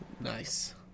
Nice